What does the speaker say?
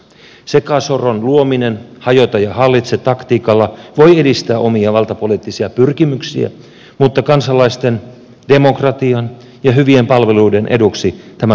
sekasorron luominen hajota ja hallitse taktiikalla voi edistää omia valtapoliittisia pyrkimyksiä mutta kansalaisten demokratian ja hyvien palveluiden eduksi tämä taktiikka ei käänny